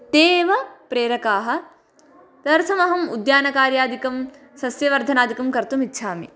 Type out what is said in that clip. ते एव प्रेरकाः तदर्थमहम् उद्यानकार्यादिकं सस्यवर्धनादिकं कर्तुमिच्छामि